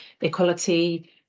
equality